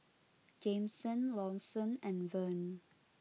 Jameson Lawson and Verne